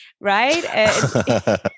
right